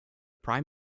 prime